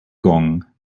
gong